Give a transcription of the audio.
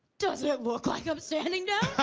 does it look like i'm stand and